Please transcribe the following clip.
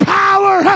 power